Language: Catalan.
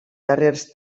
darrers